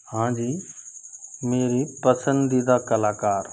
हाँ जी मेरी पसंदीदा कलाकार